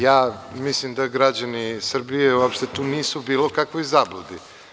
Ja mislim da građani Srbije uopšte tu nisu u bilo kakvoj zabludi.